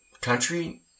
country